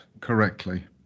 correctly